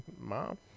Mom